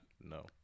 No